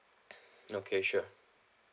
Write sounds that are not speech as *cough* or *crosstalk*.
*breath* okay sure